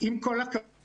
עם כל הכבוד,